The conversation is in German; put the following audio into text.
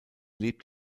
lebt